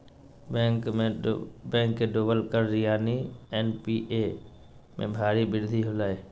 bank के डूबल कर्ज यानि एन.पी.ए में भारी वृद्धि होलय